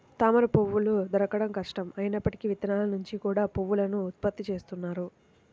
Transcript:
తామరపువ్వులు దొరకడం కష్టం అయినప్పుడు విత్తనాల నుంచి కూడా పువ్వులను ఉత్పత్తి చేస్తున్నారు